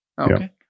Okay